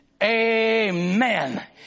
Amen